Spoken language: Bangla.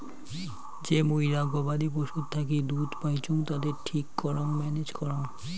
যে মুইরা গবাদি পশুর থাকি দুধ পাইচুঙ তাদের ঠিক করং ম্যানেজ করং